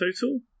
total